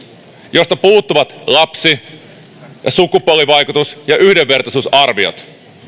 josta puuttuvat lapsi sukupuolivaikutus ja yhdenvertaisuusarviot